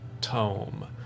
tome